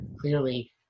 clearly